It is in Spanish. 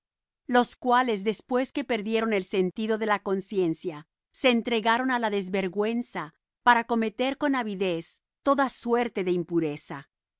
los cuales después que perdieron el sentido de la conciencia se entregaron á la desvergüenza para cometer con avidez toda suerte de impureza mas